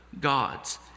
God's